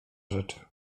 rzeczy